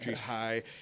high